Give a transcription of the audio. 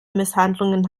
misshandlungen